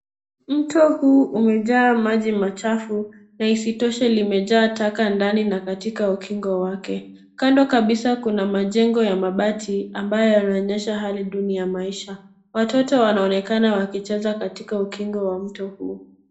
Mto huu umejaa maji machafu na isitoshe limejaa taka ndani na katika ukingo wake ,kando kabisa kuna majengo ya mabati ambayo yanaonyesha hali duni ya maisha, watoto wanaonekana wakicheza katika ukingo wa mto huo.